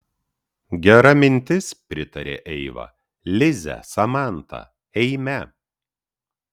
gera mintis pritarė eiva lize samanta eime